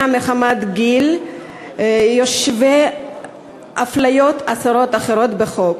מחמת גיל יושווה לאפליות אחרות בחוק.